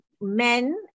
men